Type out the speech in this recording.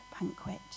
banquet